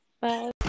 Bye